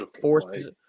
forces